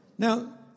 Now